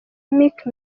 meek